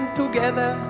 together